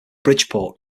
bridgeport